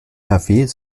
nrw